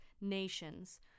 nations